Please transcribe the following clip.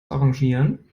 arrangieren